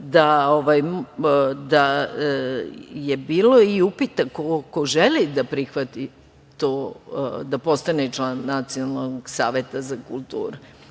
da je bilo i upita ko želi da prihvati to da postane član Nacionalnog saveta za kulturu. Znate,